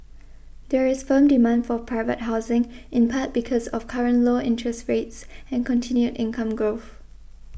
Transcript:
there is firm demand for private housing in part because of current low interest rates and continued income growth